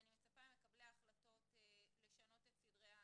ואני מצפה ממקבלי ההחלטות לשנות את סדרי העדיפויות.